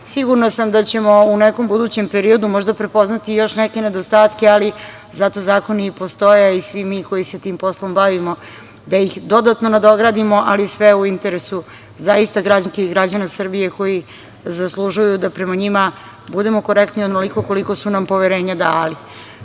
doneti. Sigurna sam da ćemo u nekom budućem periodu možda prepoznati još neke nedostatke, ali zato zakoni i postoje i svi mi koji se tim poslom bavimo da ih dodatno nadogradimo, ali sve u interesu, zaista, građana i građanki Srbije koji zaslužuju da prema njima budemo korektni onoliko koliko su nam poverenja